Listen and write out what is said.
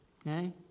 Okay